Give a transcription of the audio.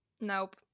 nope